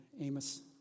Amos